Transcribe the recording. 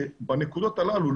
בנקודות הללו,